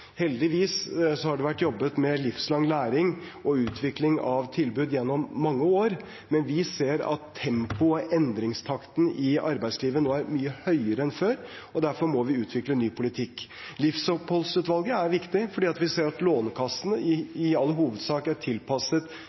Heldigvis har det vært jobbet med livslang læring og utvikling av tilbud gjennom mange år, men vi ser at tempoet og endringstakten i arbeidslivet nå er mye høyere enn før. Derfor må vi utvikle ny politikk. Livsoppholdsutvalget er viktig, for vi ser at Lånekassen i all hovedsak er tilpasset